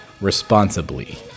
responsibly